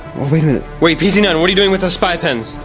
wait a minute. wait p z nine, what are you doing with those spy pens?